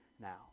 now